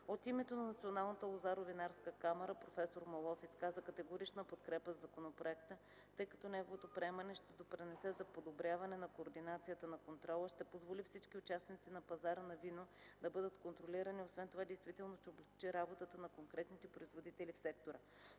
От името на Националната лозаро-винарска камара проф. Моллов изказа категорична подкрепа за законопроекта, тъй като неговото приемане ще допринесе за подобряване на координацията на контрола, ще позволи всички участници на пазара на вино да бъдат контролирани и освен това действително ще облекчи работата на коректните производители в сектора.